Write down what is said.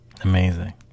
amazing